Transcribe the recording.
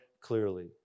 clearly